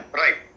right